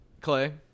Clay